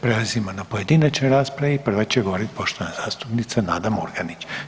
Prelazimo na pojedinačne rasprave i prva će govoriti poštovana zastupnica Nada Murganić.